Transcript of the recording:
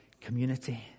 community